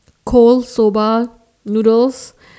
cold soba noodles